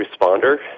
responder